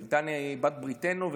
בריטניה היא בעלת בריתנו,